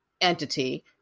entity